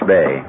Bay